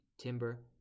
timber